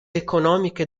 economiche